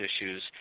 issues